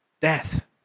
death